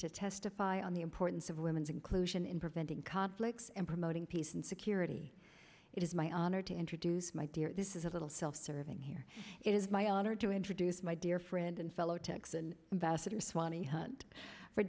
to testify on the importance of women's inclusion in preventing conflicts and promoting peace and security it is my honor to introduce my dear this is a little self serving here it is my honor to introduce my dear friend and fellow texan